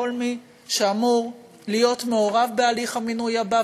כל מי שאמור להיות מעורב בהליך המינוי הבא,